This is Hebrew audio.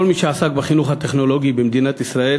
כל מי שעסק בחינוך הטכנולוגי במדינת ישראל